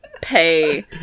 pay